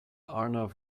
arnav